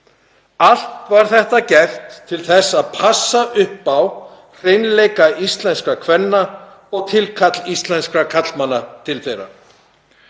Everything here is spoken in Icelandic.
Allt var þetta gert til þess að passa upp á hreinleika íslenskra kvenna og tilkall íslenskra karlmanna til þeirra.